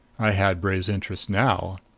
i had bray's interest now.